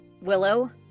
Willow